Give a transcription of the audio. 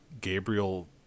Gabriel